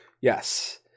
Yes